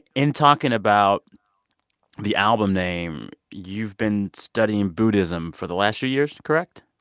in talking about the album name, you've been studying buddhism for the last few years, correct?